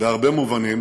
בהרבה מובנים